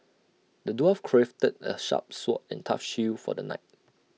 the dwarf crafted A sharp sword and A tough shield for the knight